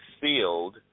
sealed